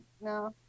No